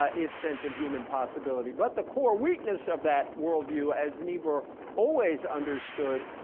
ah its sense of human possibility, but the core weakness of that worldview, as niebuhr always understood,